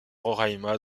roraima